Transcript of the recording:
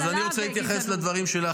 אז אני רוצה להתייחס לדברים שלך,